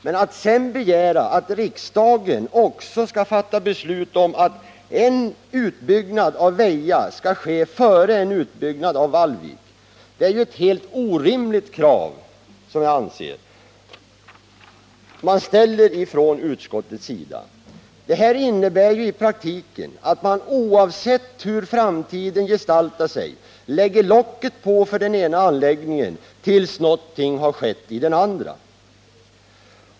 Men att begära att riksdagen skall fatta beslut om att en utbyggnad i Väja skall ske före en utbyggnad i Vallvik är, som jag anser, ett helt orimligt krav från utskottets sida. Det innebär i praktiken att man, oavsett hur framtiden gestaltar sig, lägger locket på för den ena anläggningen till dess någonting skett i den andra.